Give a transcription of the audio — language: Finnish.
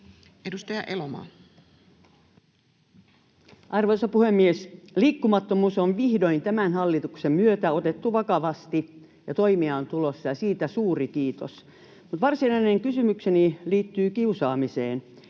Content: Arvoisa puhemies! Liikkumattomuus on vihdoin tämän hallituksen myötä otettu vakavasti, ja toimia on tulossa, siitä suuri kiitos. Mutta varsinainen kysymykseni liittyy kiusaamiseen.